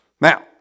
Now